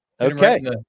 Okay